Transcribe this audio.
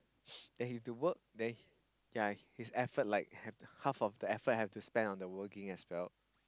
then he have to work then ya his effort like half of the effort have to spend on the working as well